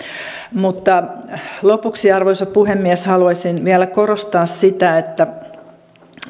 lopuksi arvoisa puhemies haluaisin vielä korostaa sitä että